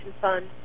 Fund